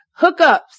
hookups